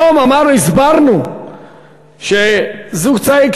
היום הסברנו שזוג צעיר,